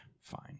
fine